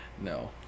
no